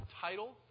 title